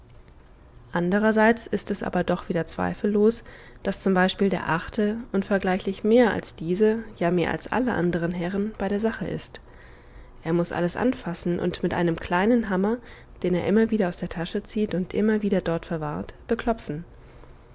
andererseits ist es aber doch wieder zweifellos daß zum beispiel der achte unvergleichlich mehr als diese ja mehr als alle anderen herren bei der sache ist er muß alles anfassen und mit einem kleinen hammer den er immer wieder aus der tasche zieht und immer wieder dort verwahrt beklopfen